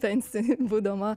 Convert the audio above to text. pensijoj būdama